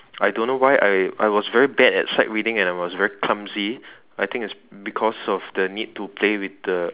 I don't know why I I was very bad at sight reading and I was very clumsy I think it is because of the need to play with uh